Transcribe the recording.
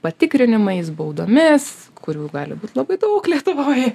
patikrinimais baudomis kurių gali būt labai daug lietuvoj